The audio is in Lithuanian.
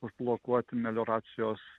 užblokuoti melioracijos